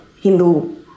Hindu